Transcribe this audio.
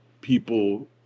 people